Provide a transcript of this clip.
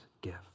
gift